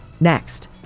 Next